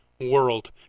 world